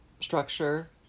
structure